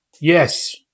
yes